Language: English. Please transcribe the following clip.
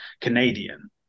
Canadian